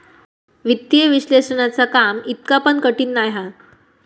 वित्तीय विश्लेषणाचा काम इतका पण कठीण नाय हा